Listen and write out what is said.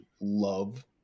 love